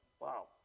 wow